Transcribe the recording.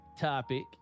topic